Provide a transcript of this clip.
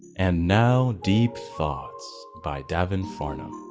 and now deep thoughts, by daven farnham.